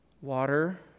water